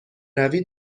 روی